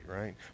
right